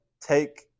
take